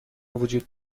وجود